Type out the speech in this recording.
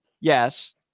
Yes